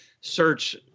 search